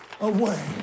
away